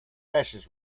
ashes